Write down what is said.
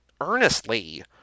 earnestly